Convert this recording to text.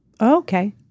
okay